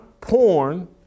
porn